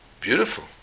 beautiful